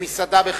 למסעדה בחיפה.